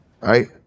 right